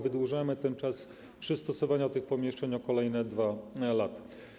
Wydłużamy czas na przystosowanie tych pomieszczeń o kolejne dwa lata.